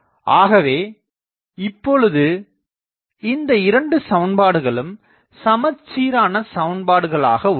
ஆகவே இப்பொழுது இந்த 2 சமன்பாடுகளும் சமச்சீரான சமன்பாடுகள் ஆக உள்ளன